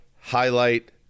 Highlight